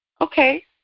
okay